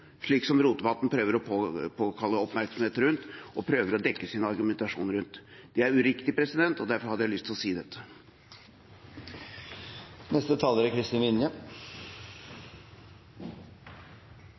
slik som Rotevatn prøver å kalle det og prøver å dekke sin argumentasjon med. Det er uriktig, og derfor hadde jeg lyst til å si dette. Det er